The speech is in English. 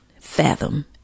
fathom